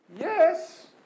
Yes